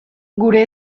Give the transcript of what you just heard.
gure